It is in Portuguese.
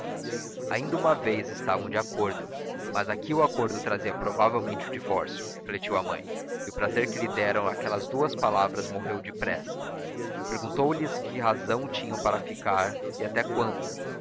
ainda uma vez estavam de acordo mas aqui o acordo trazia provavelmente o divórcio refletiu a mãe e o prazer que lhe deram aquelas duas palavras morreu depressa perguntou-lhes que razão tinham para ficar e até quando